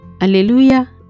Alleluia